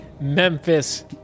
Memphis